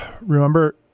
remember